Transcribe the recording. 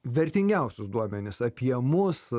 vertingiausius duomenis apie mus